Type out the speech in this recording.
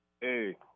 Hey